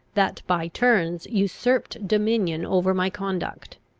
that by turns usurped dominion over my conduct.